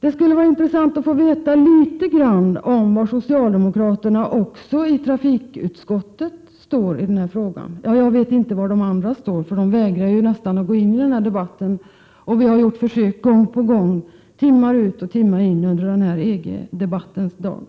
Det skulle vara intressant att få veta litet grand om var de socialdemokratiska ledamöterna i trafikutskottet står i denna fråga. Jag vet inte var övriga socialdemokrater står, eftersom de nästan vägrar att gå in i den här debatten, trots att vi har gjort försök gång på gång, timme ut och timme in under denna EG-debattens dag.